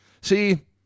see